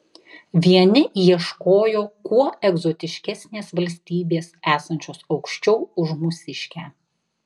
vieni ieškojo kuo egzotiškesnės valstybės esančios aukščiau už mūsiškę